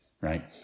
right